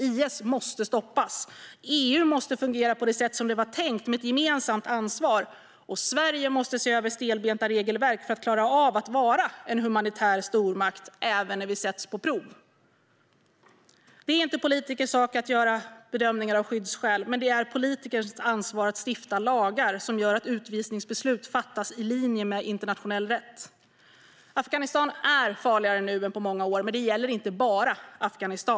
IS måste stoppas. EU måste fungera på det sätt som det var tänkt, med ett gemensamt ansvar. Och Sverige måste se över stelbenta regelverk för att klara av att vara en humanitär stormakt även när vi sätts på prov. Det är inte politikers sak att göra bedömningar av skyddsskäl, men det är politikers ansvar att stifta lagar som gör att utvisningsbeslut fattas i linje med internationell rätt. Afghanistan är farligare nu än på många år. Det gäller inte bara Afghanistan.